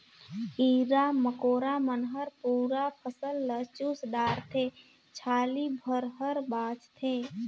कीरा मकोरा मन हर पूरा फसल ल चुस डारथे छाली भर हर बाचथे